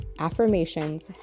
Affirmations